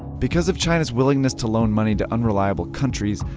because of china's willingness to loan money to unreliable countries,